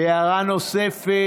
הערה נוספת: